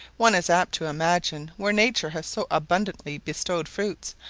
one is apt to imagine where nature has so abundantly bestowed fruits,